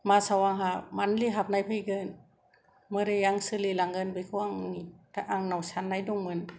मासाव आंहा मान्थलि हाबनाय फैगोन बोरै आं सोलिलांगोन बेखौ आंनाव साननाय दंमोन